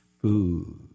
food